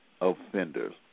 offenders